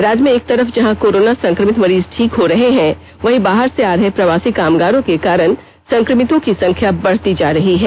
राज्य में एक तरफ जहां कोरोना संक्रमित मरीज ठीक हो रहे हैं वहीं बाहर से आ रहे प्रवासी कामगारों के कारण संक्रमितों की संख्या बढती जा रही है